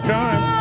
time